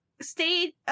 stay